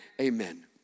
amen